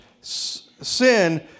sin